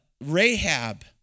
Rahab